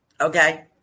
Okay